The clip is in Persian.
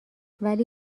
ولی